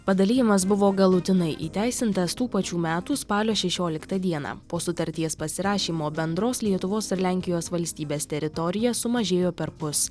padalijimas buvo galutinai įteisintas tų pačių metų spalio šešioliktą dieną po sutarties pasirašymo bendros lietuvos ir lenkijos valstybės teritorija sumažėjo perpus